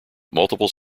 multiple